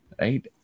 right